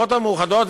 באומות המאוחדות,